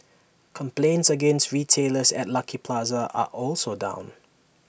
complaints against retailers at Lucky Plaza are also down